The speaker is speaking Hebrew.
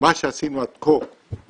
מה שעשינו עד כה עשינו,